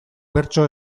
bertso